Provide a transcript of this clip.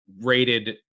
rated